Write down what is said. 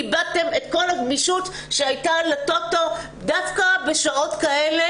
איבדתם את כל הגמישות שהייתה לטוטו דווקא בשעות כאלה